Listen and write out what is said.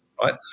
Right